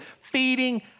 feeding